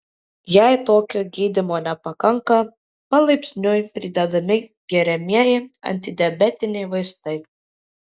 jei tokio gydymo nepakanka palaipsniui pridedami geriamieji antidiabetiniai vaistai